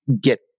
get